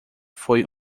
foi